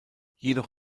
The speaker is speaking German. jedoch